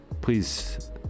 please